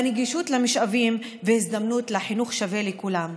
בנגישות למשאבים והזדמנות לחינוך שווה לכולם.